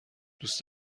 دوست